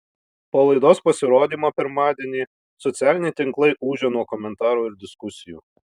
po laidos pasirodymo pirmadienį socialiniai tinklai ūžia nuo komentarų ir diskusijų